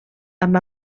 amb